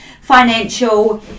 financial